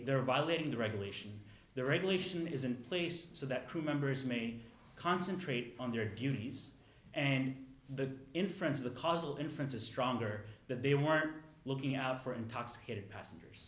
they're violating the regulation the regulation is in place so that crew members me concentrate on their duties and the inference of the causal inference is stronger that they weren't looking out for intoxicated passengers